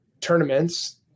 tournaments